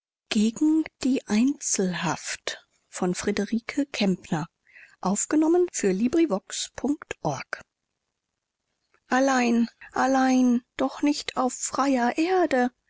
allein allein doch nicht auf freier erde